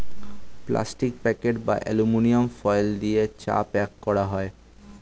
plastic packet এবং aluminium foil দিয়ে চা প্যাক করা হয়